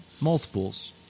Multiples